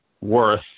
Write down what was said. worth